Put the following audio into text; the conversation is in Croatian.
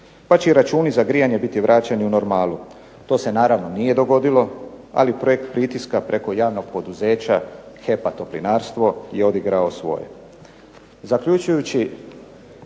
pa će i računi za grijanje biti vraćeni u normalu. To se naravno nije dogodilo, ali projekt pritiska preko javnog poduzeća HEP-a Toplinarstvo je odigrao svoje.